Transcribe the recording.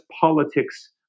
politics